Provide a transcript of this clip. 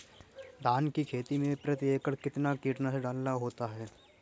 धान की खेती में प्रति एकड़ कितना कीटनाशक डालना होता है?